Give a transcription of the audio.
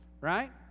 right